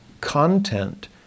content